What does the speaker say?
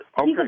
Okay